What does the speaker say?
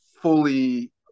fully